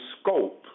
scope